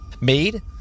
made